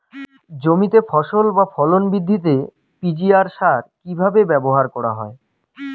জমিতে ফসল বা ফলন বৃদ্ধিতে পি.জি.আর সার কীভাবে ব্যবহার করা হয়?